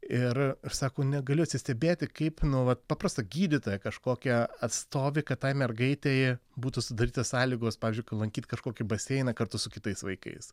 ir ir sako negaliu atsistebėti kaip nu vat paprasta gydytoja kažkokia atstovi kad tai mergaitei būtų sudarytos sąlygos pavyzdžiui lankyt kažkokį baseiną kartu su kitais vaikais